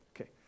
Okay